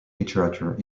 literature